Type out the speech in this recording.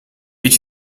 est